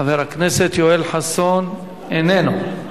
חבר הכנסת יואל חסון איננו נוכח.